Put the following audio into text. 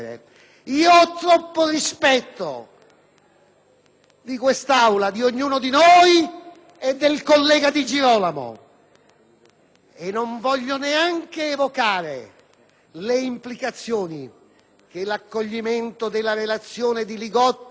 di questa Aula, di ognuno di noi e del collega Di Girolamo e non voglio neanche evocare le implicazioni che l'accoglimento della relazione presentata dai senatori Li Gotti e Augello può produrre.